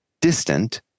distant